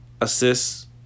assists